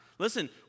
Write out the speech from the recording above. Listen